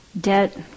debt